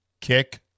kick